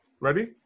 ready